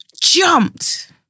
Jumped